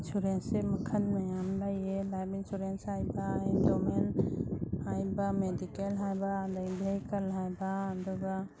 ꯏꯟꯁꯨꯔꯦꯟꯁꯁꯦ ꯃꯈꯜ ꯃꯌꯥꯝ ꯂꯩꯌꯦ ꯂꯥꯏꯐ ꯏꯟꯁꯨꯔꯦꯟꯁ ꯍꯥꯏꯕ ꯍꯥꯏꯕ ꯃꯦꯗꯤꯀꯦꯜ ꯍꯥꯏꯕ ꯑꯗꯒꯤ ꯚꯦꯍꯦꯀꯜ ꯍꯥꯏꯕ ꯑꯗꯨꯒ